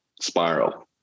spiral